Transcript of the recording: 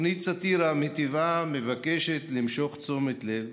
מטבעה, תוכנית סאטירה מבקשת למשוך תשומת לב,